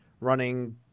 running